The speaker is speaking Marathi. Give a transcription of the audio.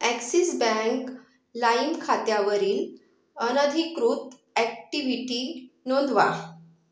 ॲक्सिस बँक लाईम खात्यावरील अनधिकृत ॲक्टिव्हिटी नोंदवा